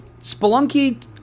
spelunky